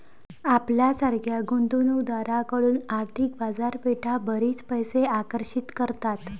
आपल्यासारख्या गुंतवणूक दारांकडून आर्थिक बाजारपेठा बरीच पैसे आकर्षित करतात